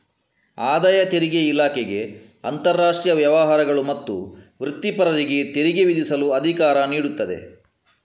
ಆದಾಯ ತೆರಿಗೆ ಇಲಾಖೆಗೆ ಅಂತರಾಷ್ಟ್ರೀಯ ವ್ಯವಹಾರಗಳು ಮತ್ತು ವೃತ್ತಿಪರರಿಗೆ ತೆರಿಗೆ ವಿಧಿಸಲು ಅಧಿಕಾರ ನೀಡುತ್ತದೆ